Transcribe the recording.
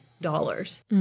dollars